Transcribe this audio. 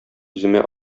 үземә